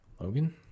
Logan